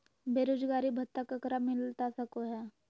बेरोजगारी भत्ता ककरा मिलता सको है?